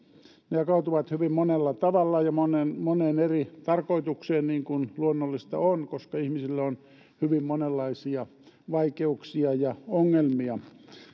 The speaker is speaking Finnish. ne jakautuvat hyvin monella tavalla ja moneen eri tarkoitukseen niin kuin luonnollista on koska ihmisillä on hyvin monenlaisia vaikeuksia ja ongelmia